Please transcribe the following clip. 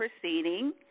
proceeding